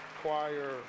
Choir